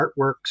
artworks